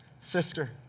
sister